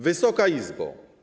Wysoka Izbo!